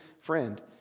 friend